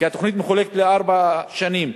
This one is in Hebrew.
כי התוכנית מחולקת לארבע שנים,